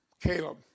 Caleb